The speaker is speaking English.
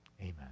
Amen